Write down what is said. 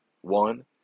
One